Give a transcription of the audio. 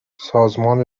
سازمان